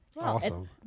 Awesome